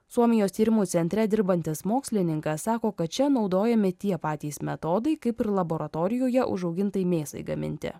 suomijos tyrimų centre dirbantis mokslininkas sako kad čia naudojami tie patys metodai kaip ir laboratorijoje užaugintai mėsai gaminti